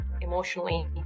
emotionally